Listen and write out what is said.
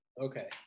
Okay